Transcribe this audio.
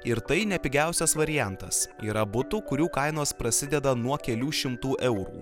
ir tai ne pigiausias variantas yra butų kurių kainos prasideda nuo kelių šimtų eurų